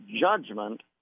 judgment